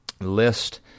list